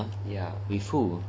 ya